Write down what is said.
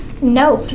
No